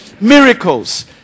Miracles